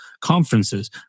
conferences